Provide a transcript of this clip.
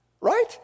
right